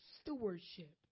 stewardship